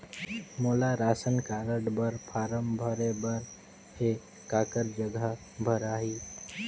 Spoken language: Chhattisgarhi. मोला राशन कारड बर फारम भरे बर हे काकर जग भराही?